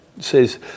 says